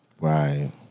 Right